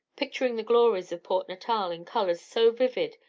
picturing the glories of port natal in colours so vivid,